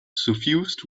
suffused